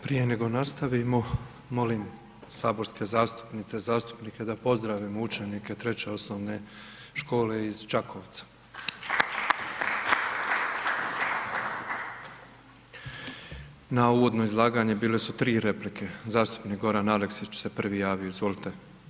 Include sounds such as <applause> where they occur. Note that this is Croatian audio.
Prije nego nastavimo, molim saborske zastupnice i zastupnike da pozdravimo učenike Treće osnovne škole iz Čakovca. … <applause> Na uvodno izlaganje bile su 3 replike, zastupnik Goran Aleksić se prvi javio, izvolite.